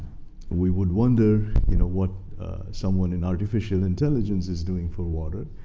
we would wonder you know what someone in artificial intelligence is doing for water.